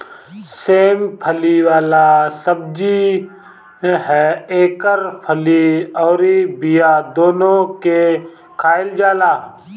सेम फली वाला सब्जी ह एकर फली अउरी बिया दूनो के खाईल जाला